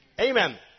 Amen